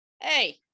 Hey